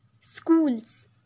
schools